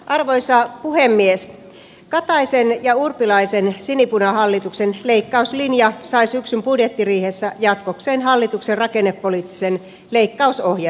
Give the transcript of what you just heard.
arvoisa puhemies kataisen ja urpilaiseen sinipunahallituksen leikkauslinja sai syksyn budjettiriihessä jatkokseen hallituksen rakenne oli itse leikkaus ohi